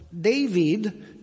David